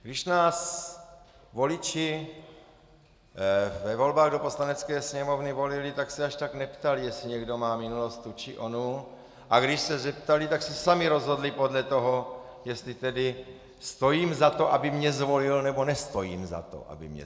Když nás voliči ve volbách do Poslanecké sněmovny volili, tak se až tak neptali, jestli někdo má minulost tu či onu, a když se zeptali, tak se sami rozhodli podle toho, jestli tedy stojím za to, aby mě zvolil, nebo nestojím za to, aby mě zvolil.